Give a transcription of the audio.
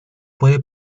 puede